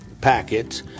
packets